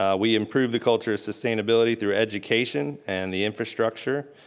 um we improve the culture of sustainability through education and the infrastructure.